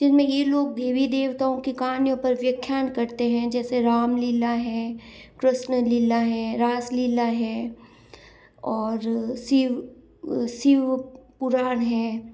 जिन में ये लोग देवी देवताओं के कहानियों पर व्याख्यान करते हैं जैसे राम लीला है कृष्ण लीला है रासलीला है और शिव शिव पुराण है